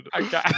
Okay